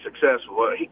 successful